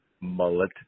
Mullet